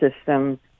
system